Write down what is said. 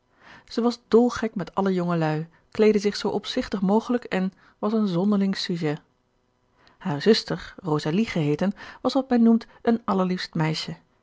zij was dolgek met alle jongeluî kleedde zich zoo opzigtig mogelijk en was een zonderling sujet hare zuster rosalie geheeten was wat men noemt een allerliefst meisje